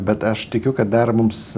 bet aš tikiu kad dar mums